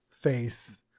faith